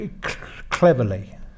cleverly